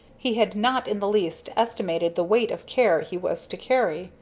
he had not in the least estimated the weight of care he was to carry,